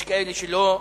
יש כאלה שלא מסכימים,